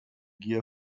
gier